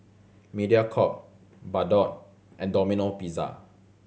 Mediacorp Bardot and Domino Pizza